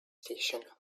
station